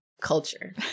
culture